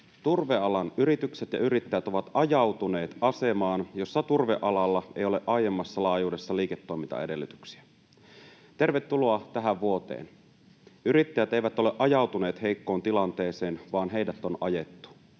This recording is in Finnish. turvealan yritykset ja yrittäjät ovat ajautuneet asemaan, jossa turvealalla ei ole aiemmassa laajuudessa liiketoimintaedellytyksiä. Tervetuloa tähän vuoteen! Yrittäjät eivät ole ajautuneet heikkoon tilanteeseen vaan heidät on ajettu.